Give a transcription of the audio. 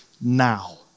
now